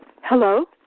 Hello